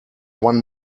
one